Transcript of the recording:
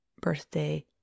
birthday